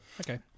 okay